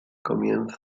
comienza